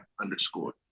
underscore